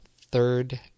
Third